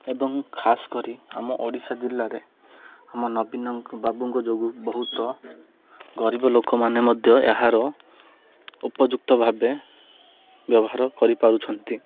ଏବଂ ଖାସ କରି ଆମ ଓଡ଼ିଶା ଜିଲ୍ଲାରେ ଆମ ନବୀନ ବାବୁଙ୍କ ଯୋଗୁଁ ବହୁତ ଗରିବ ଲୋକମାନେ ମଧ୍ୟ ଏହାର ଉପଯୁକ୍ତ ଭାବେ ବ୍ୟବହାର କରିପାରୁଛନ୍ତି